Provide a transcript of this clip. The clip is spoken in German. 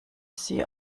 sie